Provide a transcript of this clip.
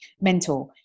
mentor